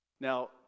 Now